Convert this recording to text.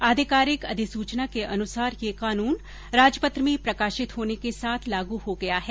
आधिकारिक अधिसूचना के अनुसार यह कानून राजपत्र में प्रकाशित होने के साथ लागू हो गया है